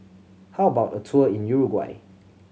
how about a tour in Uruguay